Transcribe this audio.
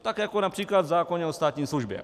Tak jako například v zákoně o státní službě.